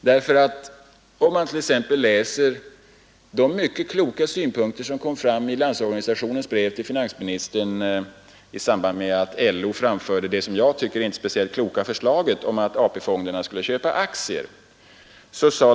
Man kan lä de mycket kloka synpunkter som kommer fram i Landsorganisationens brev till finansministern i samband med att LO framförde det, som jag tycker, inte speciellt kloka förslaget att Nr 140 AP-fonderna skulle köpa aktier.